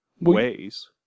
ways